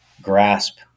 grasp